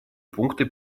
пункты